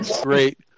great